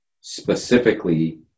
Specifically